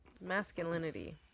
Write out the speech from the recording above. masculinity